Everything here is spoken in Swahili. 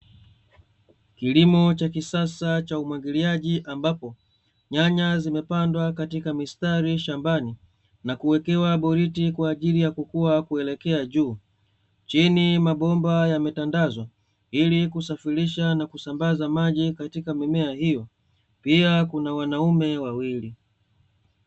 Kilimo cha kisasa cha umwagiliaji, ambapo nyanya zimepandwa katika mistari shambani na kuwekewa boriti kwa ajili ya kukua kuelekea juu, chini mabomba yametandazwa ili kusafirisha na kusambaza maji katika mimea hiyo, pia kuna wanaume wawili.